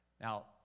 Now